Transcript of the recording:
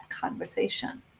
conversation